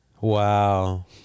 Wow